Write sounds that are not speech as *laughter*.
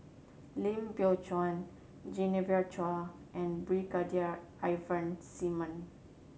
Lim Biow Chuan Genevieve Chua and Brigadier Ivan *unintelligible*